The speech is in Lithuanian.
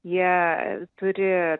jie turi